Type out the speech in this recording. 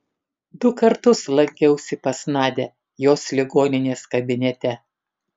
du kartus lankiausi pas nadią jos ligoninės kabinete